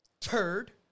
turd